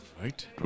Right